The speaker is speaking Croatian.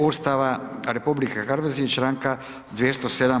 Ustava RH i članka 207.